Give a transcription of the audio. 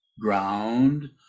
ground